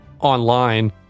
online